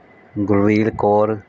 Gurveer Kaur